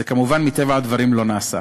זה, כמובן, מטבע הדברים, לא נעשה.